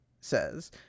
says